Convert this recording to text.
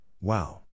wow